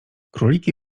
króliki